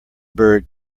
bird